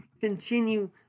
continue